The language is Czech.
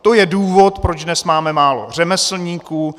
To je důvod, proč dnes máme málo řemeslníků.